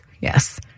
Yes